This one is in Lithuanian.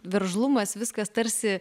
veržlumas viskas tarsi